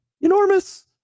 enormous